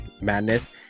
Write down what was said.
madness